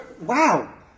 wow